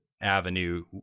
avenue